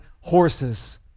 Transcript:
horses